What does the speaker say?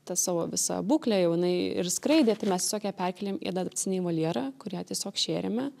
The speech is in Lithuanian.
tą savo visą būklę jau jinai ir skraidė tai mes tiesiog ją perkėlėm į adaptacinį voljerą kur ją tiesiog šėrėme